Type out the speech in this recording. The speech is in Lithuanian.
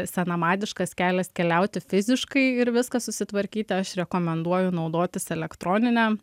senamadiškas kelias keliauti fiziškai ir viską susitvarkyti aš rekomenduoju naudotis elektronine